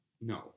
No